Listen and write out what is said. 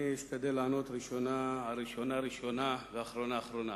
אני אשתדל לענות על ראשונה ראשונה ואחרונה אחרונה.